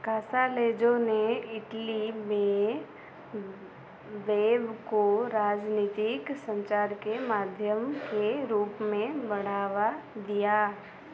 Casaleggio ने Italy में web को राजनीतिक सँचार के माध्यम के रूप में बढ़ावा दिया